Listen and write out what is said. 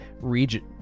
region